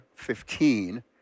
15